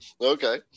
Okay